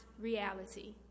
reality